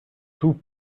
tout